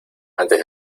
antes